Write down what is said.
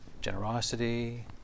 generosity